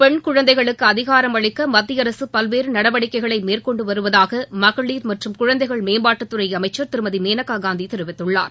பெண் குழந்தைகளுக்கு அதிகாரமளிக்க மத்திய அரசு பல்வேறு நடவடிக்கைகளை மேற்கொண்டு வருவதாக மகளிர் மற்றும் குழந்தைகள் மேம்பாட்டுத்துறை அமைச்சர் திருமதி மேனகா காந்தி தெரிவித்துள்ளார்